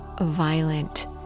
violent